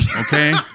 okay